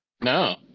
No